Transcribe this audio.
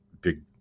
big